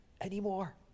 anymore